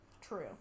True